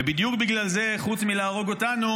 ובדיוק בגלל זה חוץ מלהרוג אותנו